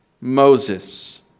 moses